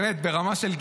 באמת ברמה של גיחוך,